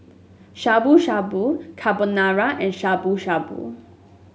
Shabu Shabu Carbonara and Shabu Shabu